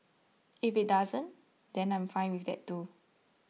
if it doesn't then I'm fine with that too